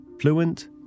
fluent